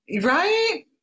right